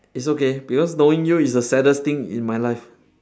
it's okay because knowing you is the saddest thing in my life